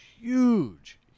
huge